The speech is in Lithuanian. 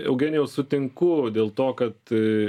eugenijau sutinku dėl to kad